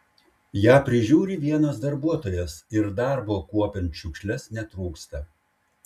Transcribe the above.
ją prižiūri vienas darbuotojas ir darbo kuopiant šiukšles netrūksta